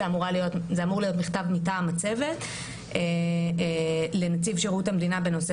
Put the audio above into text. זה אמור להיות מכתב מטעם הצוות לנציב שירות המדינה בנושא